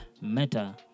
meta